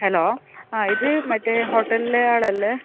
hello ഇത് മറ്റേ ഹോട്ടലിലെ ആളല്ലേ